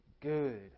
Good